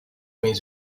means